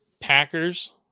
Packers